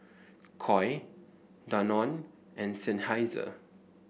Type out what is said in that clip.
Koi Danone and Seinheiser